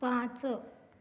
पांच